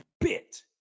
bit